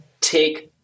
take